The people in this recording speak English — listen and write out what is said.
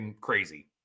crazy